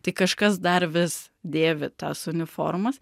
tai kažkas dar vis dėvi tas uniformas